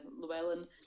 Llewellyn